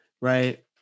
right